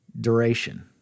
duration